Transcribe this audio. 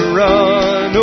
run